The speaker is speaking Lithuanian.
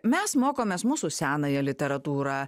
mes mokomės mūsų senąją literatūrą